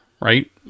right